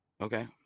Okay